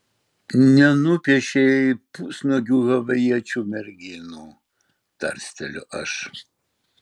nenupiešei pusnuogių havajiečių merginų tarsteliu aš